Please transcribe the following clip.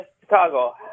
Chicago